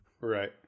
right